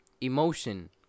emotion